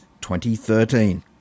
2013